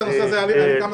עליך,